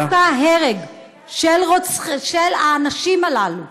דווקא ההרג של האנשים הללו,